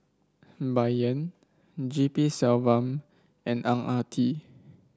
Bai Yan G P Selvam and Ang Ah Tee